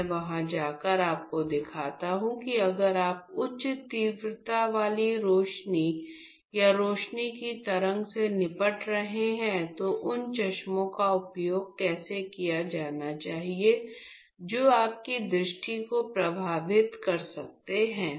मैं वहां जाकर आपको दिखाता हूं कि अगर आप उच्च तीव्रता वाली रोशनी या रोशनी की तरंग से निपट रहे हैं तो उन चश्मे का उपयोग कैसे किया जाना चाहिए जो आपकी दृष्टि को प्रभावित कर सकते हैं